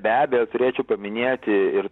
be abejo turėčiau paminėti ir